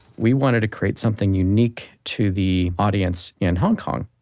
we wanted to create something unique to the audience in hong kong.